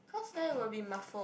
cause then it will be muffled